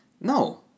no